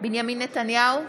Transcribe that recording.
בנימין נתניהו,